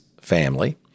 family